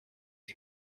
wie